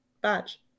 badge